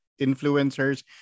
influencers